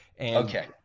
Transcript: Okay